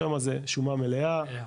שמה זה שומה מלאה,